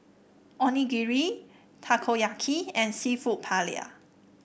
Onigiri Takoyaki and seafood Paella